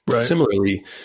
Similarly